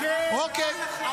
כן, אנחנו בעד הפסקת המלחמה.